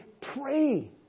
pray